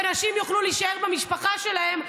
ונשים יוכלו להישאר במשפחה שלהן,